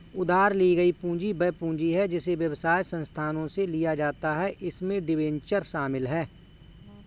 उधार ली गई पूंजी वह पूंजी है जिसे व्यवसाय संस्थानों से लिया जाता है इसमें डिबेंचर शामिल हैं